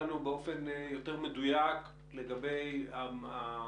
אנחנו נשמח לקבל עדכון גם לגבי פעילות המל"ל,